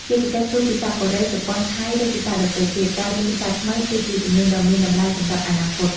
ជាពិសេសគឺ ភាសាកូរ៉េ ជប៉ុន ថៃ ឬភាសាដទៃទៀត ការរៀនភាសាថ្មីគឺជាជំនាញដ៏មានតម្លៃសម្រាប់អនាគត។